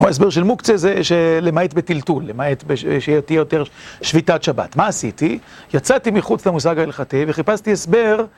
או ההסבר של מוקצה זה שלמעט בטלטול, למעט שתהיה יותר שביתת שבת. מה עשיתי? יצאתי מחוץ למושג ההלכתי וחיפשתי הסבר.